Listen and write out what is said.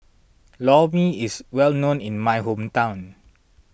Lor Mee is well known in my hometown